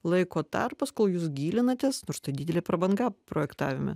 laiko tarpas kol jūs gilinatės nors tai didelė prabanga projektavime